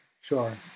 sure